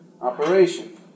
operation